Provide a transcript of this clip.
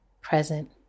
present